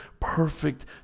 perfect